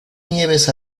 nieves